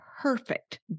perfect